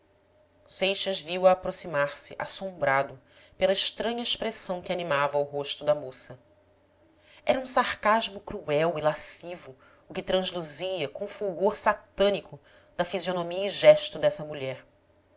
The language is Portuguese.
seixas viu-a aproximar-se assombrado pela estranha expressão que animava o rosto da moça era um sarcasmo cruel e lascivo o que transluzia com fulgor satânico da fisionomia e gesto dessa mulher